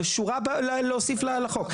זו שורה להוסיף לחוק,